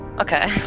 Okay